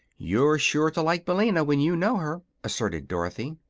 you're sure to like billina, when you know her, asserted dorothy.